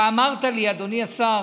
אתה אמרת לי, אדוני השר,